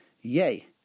Yay